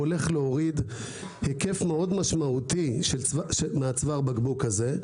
הוא הולך להוריד היקף מאוד משמעותי מצוואר הבקבוק הזה.